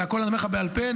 הכול אני אומר לך בעל פה,